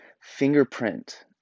fingerprint